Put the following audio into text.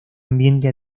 ambiente